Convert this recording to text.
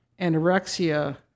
anorexia